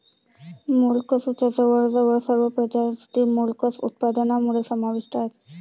मोलस्कच्या जवळजवळ सर्व प्रजाती मोलस्क उत्पादनामध्ये समाविष्ट आहेत